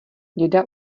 děda